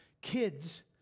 kids